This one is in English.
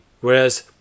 whereas